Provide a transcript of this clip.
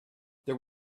there